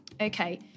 Okay